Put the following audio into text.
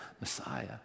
Messiah